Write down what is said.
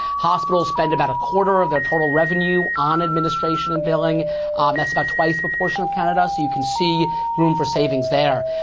hospitals spend about a quarter of their total revenue on administration and billing that's about twice the proportion of canada. so you can see room for savings there.